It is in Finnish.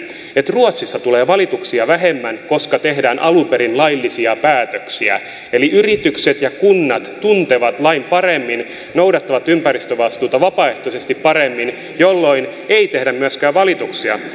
että ruotsissa tulee valituksia vähemmän koska tehdään alun perin laillisia päätöksiä eli yritykset ja kunnat tuntevat lain paremmin noudattavat ympäristövastuuta vapaaehtoisesti paremmin jolloin ei tehdä myöskään valituksia